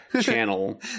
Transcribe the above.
channel